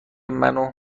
منو